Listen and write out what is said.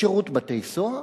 שירות בתי-סוהר?